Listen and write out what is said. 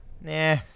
Nah